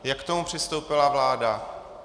Jak k tomu přistoupila vláda?